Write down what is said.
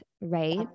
right